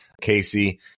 Casey